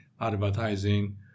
advertising